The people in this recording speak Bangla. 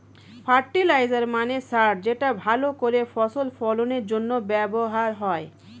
ফার্টিলাইজার মানে সার যেটা ভালো করে ফসল ফলনের জন্য ব্যবহার হয়